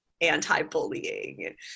anti-bullying